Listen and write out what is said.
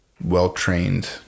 well-trained